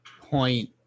point